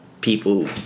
people